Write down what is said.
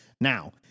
Now